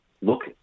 look